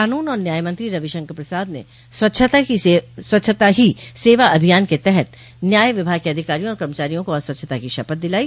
कानून और न्याय मंत्री रवि शंकर प्रसाद ने स्वच्छता ही सेवा अभियान के तहत न्याय विभाग के अधिकारियों और कर्मचारियों को आज स्वच्छता की शपथ दिलाई